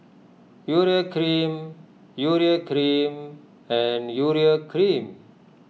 Urea Cream Urea Cream and Urea Cream